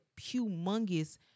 humongous